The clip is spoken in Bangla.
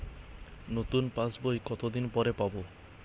নতুন পাশ বই কত দিন পরে পাবো?